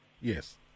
Yes